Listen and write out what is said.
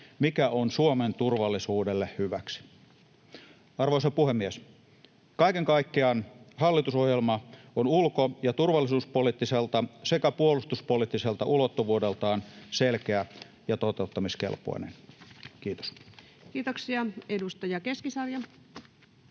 mikä on Suomen turvallisuudelle hyväksi. Arvoisa puhemies! Kaiken kaikkiaan hallitusohjelma on ulko- ja turvallisuuspoliittiselta sekä puolustuspoliittiselta ulottuvuudeltaan selkeä ja toteuttamiskelpoinen. — Kiitos. Kiitoksia. — Edustaja Keskisarja.